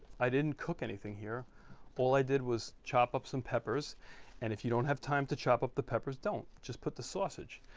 i didn't cook anything here all i did was chop up some peppers and if you don't have time to chop up the peppers don't just put the sausage.